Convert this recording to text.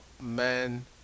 men